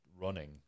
running